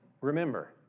remember